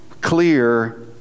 clear